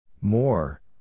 More